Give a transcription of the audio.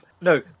No